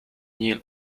niel